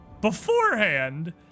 beforehand